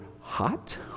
hot